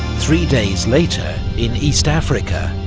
three days later, in east africa,